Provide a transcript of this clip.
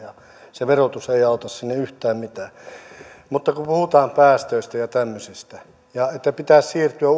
se verotus ei auta sinne yhtään mitään kun puhutaan päästöistä ja tämmöisistä ja siitä että pitäisi siirtyä